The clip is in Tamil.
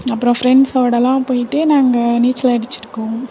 அப்புறம் ஃப்ரெண்ட்ஸ்ஸோடலாம் போயிட்டு நாங்கள் நீச்சல் அடிச்சிருக்கோம்